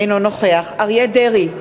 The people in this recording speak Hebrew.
אינו נוכח אריה דרעי,